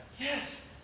Yes